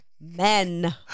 men